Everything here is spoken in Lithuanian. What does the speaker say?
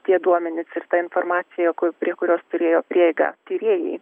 tie duomenys ir ta informacija kur prie kurios turėjo prieigą tyrėjai